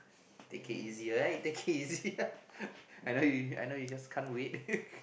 take it easy right take it easy I know you I know you just can't wait